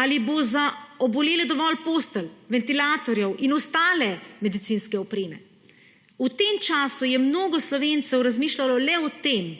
ali bo za obolele dovolj postelj, ventilatorjev in ostale medicinske opreme. V tem času je mnogo Slovencev razmišljalo le o tem,